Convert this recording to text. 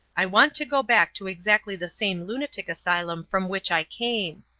i want to go back to exactly the same lunatic asylum from which i came.